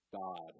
God